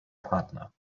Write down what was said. partner